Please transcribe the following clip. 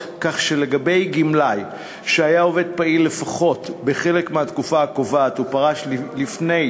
כך שלגבי גמלאי שהיה עובד פעיל לפחות בחלק מהתקופה הקובעת ופרש לפני